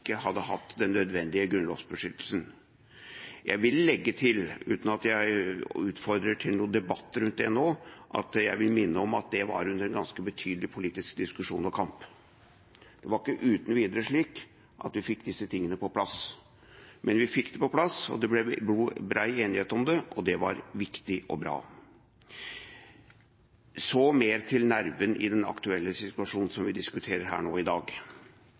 hadde hatt den nødvendige grunnlovsbeskyttelsen. Jeg vil legge til, uten at jeg utfordrer til noen debatt om det nå, at det var under en ganske betydelig politisk diskusjon og kamp. Det var ikke uten videre slik at vi fikk disse tingene på plass, men vi fikk det på plass, og det ble bred enighet om det. Det var viktig og bra. Så mer til nerven i den aktuelle situasjonen som vi diskuterer her i dag.